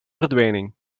verdwijning